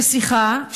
לשיחה,